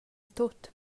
tut